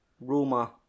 Roma